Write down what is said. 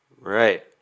Right